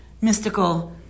mystical